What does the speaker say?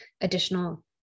additional